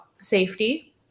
safety